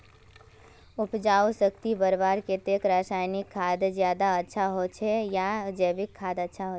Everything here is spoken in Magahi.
उपजाऊ शक्ति बढ़वार केते रासायनिक खाद ज्यादा अच्छा होचे या जैविक खाद?